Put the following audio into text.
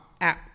out